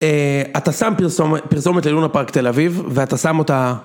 אתה שם פרסומת ללונה פארק תל אביב ואתה שם אותה